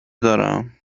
دارم